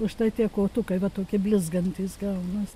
užtat tie kotukai va tokie blizgantys gaunas